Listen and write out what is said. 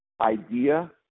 idea